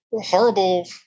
horrible